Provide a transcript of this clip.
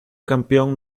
campeón